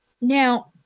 Now